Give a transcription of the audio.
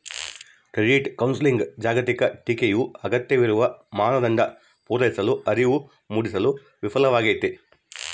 credit ಕೌನ್ಸೆಲಿಂಗ್ನ ಜಾಗತಿಕ ಟೀಕೆಯು ಅಗತ್ಯವಿರುವ ಮಾನದಂಡ ಪೂರೈಸಲು ಅರಿವು ಮೂಡಿಸಲು ವಿಫಲವಾಗೈತಿ